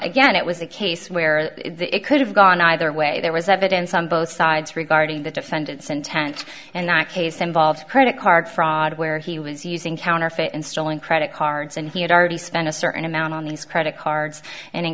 again it was a case where it could have gone either way there was evidence on both sides regarding the defendant's intent and not case involves credit card fraud where he was using counterfeit and stolen credit cards and he had already spent a certain amount on these credit cards and